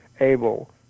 able